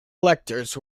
electors